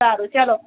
સારું ચાલો